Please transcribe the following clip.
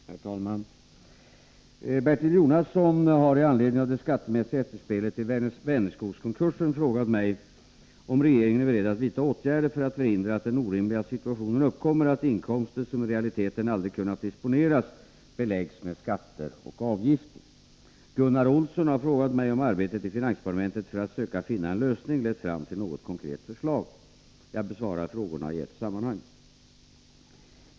Herr talman! Bertil Jonasson har i anledning av det skattemässiga efterspelet till Vänerskogskonkursen frågat mig om regeringen är beredd att vidta åtgärder för att förhindra att den orimliga situationen uppkommer att inkomster som i realiteten aldrig kunnat disponeras beläggs med skatter och avgifter. Gunnar Olsson har frågat mig om arbetet i finansdepartementet för att söka finna en lösning lett fram till något konkret förslag. Jag besvarar frågorna i ett sammanhang.